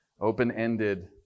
Open-ended